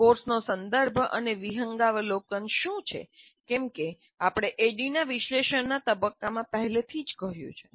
કોર્સનો સંદર્ભ અને વિહંગાવલોકન શું છે કેમકે આપણે ADDIE ના વિશ્લેષણ તબક્કામાં પહેલાથી જ કહ્યું છે